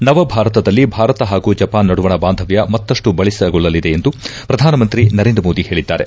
ನವ ಭಾರತ ದಲ್ಲಿ ಭಾರತ ಹಾಗೂ ಜಪಾನ್ ನಡುವಣ ಬಾಂಧವ್ಕ ಮತ್ತಪ್ಪು ಬಲಿಷ್ಠಗೊಳ್ಳಲಿದೆ ಎಂದು ಪ್ರಧಾನಮಂತ್ರಿ ನರೇಂದ್ರ ಮೋದಿ ಹೇಳಿದ್ದಾರೆ